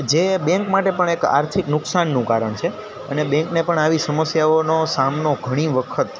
જે બેન્ક માટે પણ એક આર્થિક નુકસાનનું કારણ છે અને બેન્કને પણ આવી સમસ્યાઓનો સામનો ઘણી વખત